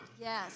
Yes